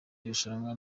irushanwa